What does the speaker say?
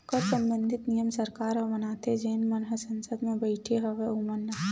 कर संबंधित नियम सरकार ह बनाथे जेन मन ह संसद म बइठे हवय ओमन ह